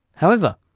however,